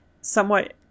somewhat